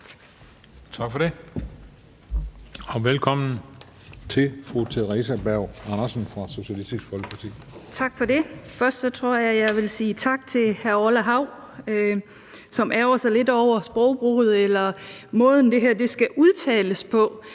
Tak for det. Og velkommen til fru Theresa Berg Andersen fra Socialistisk Folkeparti. Kl. 15:25 (Ordfører) Theresa Berg Andersen (SF): Tak for det. Først tror jeg, at jeg vil sige tak til hr. Orla Hav, som ærgrer sig lidt over sprogbrugen eller måden, det her skal udtales på.